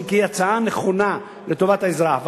שהיא הצעה נכונה לטובת האזרח.